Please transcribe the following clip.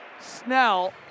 Snell